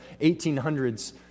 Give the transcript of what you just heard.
1800s